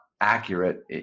accurate